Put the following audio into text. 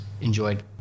enjoyed